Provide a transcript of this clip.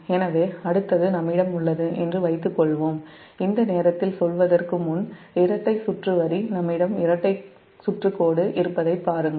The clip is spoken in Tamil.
எனவே அடுத்தது நம்மிடம் உள்ளது என்று வைத்துக்கொள்வோம் இந்த நேரத்தில் சொல்வதற்கு முன் இரட்டை சுற்று கோடு நம்மிடம் இருப்பதைப் பாருங்கள்